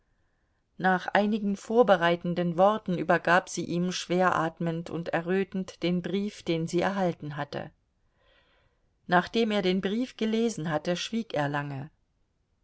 nach einigen vorbereitenden worten übergab sie ihm schwer atmend und errötend den brief den sie erhalten hatte nachdem er den brief gelesen hatte schwieg er lange